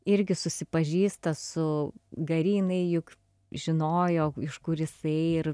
irgi susipažįsta su gari jinai juk žinojo iš kur jisai ir